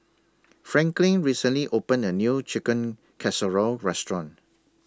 Franklin recently opened A New Chicken Casserole Restaurant